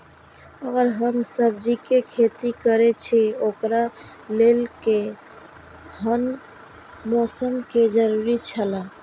अगर हम सब्जीके खेती करे छि ओकरा लेल के हन मौसम के जरुरी छला?